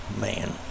man